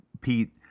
Pete